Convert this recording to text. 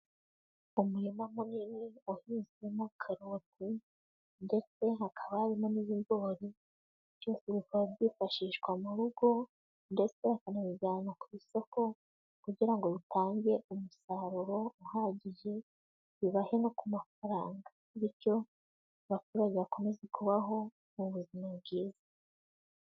Umurima munini uhinzwemo karoti, ndetse hakaba harimo n'ibigori, byose bikaba byifashishwa mu rugo ndetse bakanabijyana ku isoko kugira ngo bitange umusaruro uhagije, bibahe no ku mafaranga, bityo abaturage bakomeze kubaho mu buzima bwiza.